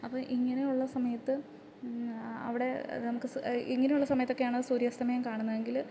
അപ്പം ഇങ്ങനെയൊള്ള സമയത്ത് അവിടെ നമുക്ക് ഇങ്ങനെയുള്ള സമയത്തൊക്കെയാണ് സൂര്യാസ്തമയം കാണുന്നതെങ്കിൽ